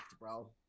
bro